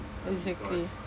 exactly